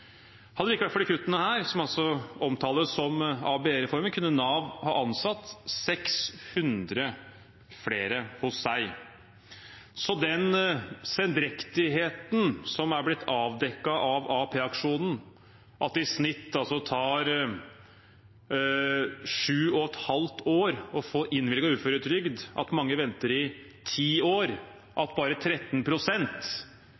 Hadde det ikke vært for disse kuttene, som altså omtales som ABE-reformen, kunne Nav ha ansatt 600 flere hos seg. Så den sendrektigheten som er blitt avdekket av AAP-aksjonen, at det i snitt altså tar 7,5 år å få innvilget uføretrygd, at mange venter i 10 år,